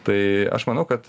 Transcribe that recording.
tai aš manau kad